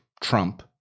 trump